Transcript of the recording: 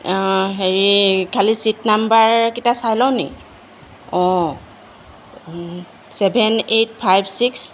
হেৰি খালি ছিট নাম্বাৰকেইটা চাই লওঁ নেকি অঁ চেভেন এইট ফাইভ ছিক্স